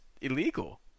illegal